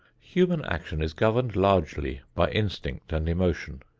human action is governed largely by instinct and emotion.